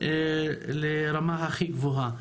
לרמה הכי גבוהה.